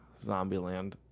Zombieland